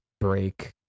break